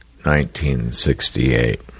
1968